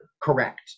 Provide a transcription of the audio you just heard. correct